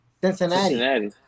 Cincinnati